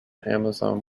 amazon